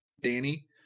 Danny